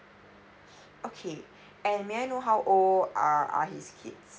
okay and may I know how old are are his kids